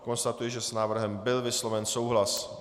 Konstatuji, že s návrhem byl vysloven souhlas.